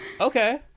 Okay